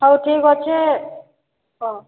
ହେଉ ଠିକ ଅଛେ ହେଉ